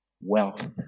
wealth